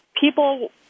people